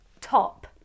top